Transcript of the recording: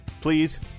Please